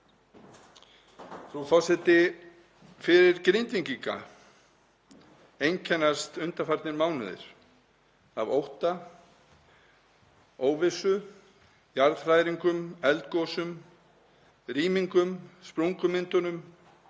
Frú forseti. Fyrir Grindvíkinga einkennast undanfarnir mánuðir af ótta, óvissu, jarðhræringum, eldgosum, rýmingum, sprungumyndunum